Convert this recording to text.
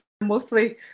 Mostly